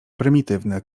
prymitywne